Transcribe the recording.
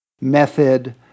method